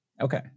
Okay